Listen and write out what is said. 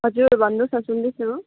हजुर भन्नुहोस् न सुन्दैछु